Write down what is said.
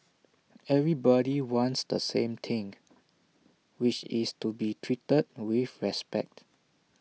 everybody wants the same thing which is to be treated with respect